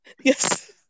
yes